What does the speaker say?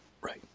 Right